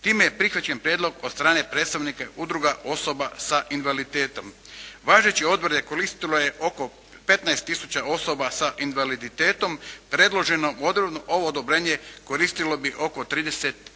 Time je prihvaćen prijedlog od strane predstavnika udruga osoba sa invaliditetom. Važeći odredbe koristilo je oko 15 tisuća osoba sa invaliditetom. Predloženo ovo odobrenje koristilo bi oko 38